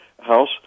house